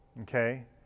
okay